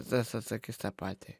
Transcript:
tas atsakys tą patį